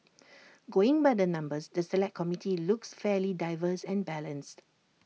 going by the numbers the Select Committee looks fairly diverse and balanced